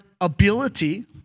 ability